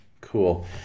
Cool